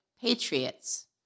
patriots